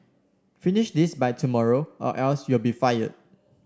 finish this by tomorrow or else you'll be fired